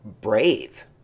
brave